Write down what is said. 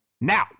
now